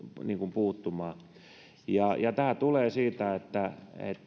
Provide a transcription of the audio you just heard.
puuttumaan tämä tulee siitä että